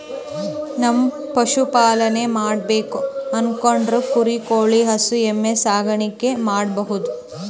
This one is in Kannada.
ನಾವ್ ಪಶುಪಾಲನೆ ಮಾಡ್ಬೇಕು ಅನ್ಕೊಂಡ್ರ ಕುರಿ ಕೋಳಿ ಹಸು ಎಮ್ಮಿ ಸಾಕಾಣಿಕೆ ಮಾಡಬಹುದ್